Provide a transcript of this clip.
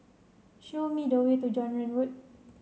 show me the way to John Road